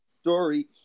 story